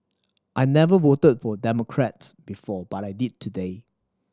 I never voted for Democrat before but I did today